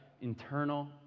internal